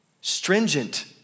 stringent